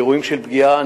אירועים של פגיעה.